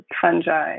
fungi